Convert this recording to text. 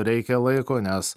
reikia laiko nes